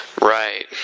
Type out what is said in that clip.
Right